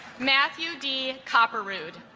matthew d copper rude